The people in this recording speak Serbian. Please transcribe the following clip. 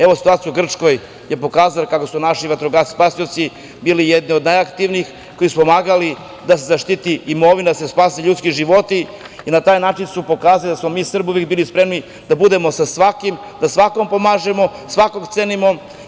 Evo, situacija u Grčkoj je pokazala kako su naši vatrogasci spasioci, bili jedni od najaktivnijih, koji su pomagali da se zaštiti imovina, da se spasu ljudski životi, na taj način su pokazali da smo mi Srbi uvek bili spremni da budemo sa svakim, da svakom pomažemo, svakog cenimo.